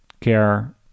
care